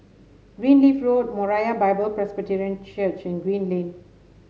Greenleaf Road Moriah Bible Presby Church and Green Lane